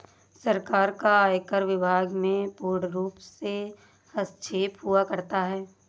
सरकार का आयकर विभाग में पूर्णरूप से हस्तक्षेप हुआ करता है